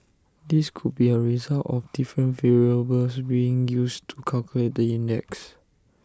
this could be A result of different variables being used to calculate the index